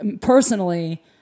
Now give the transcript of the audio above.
personally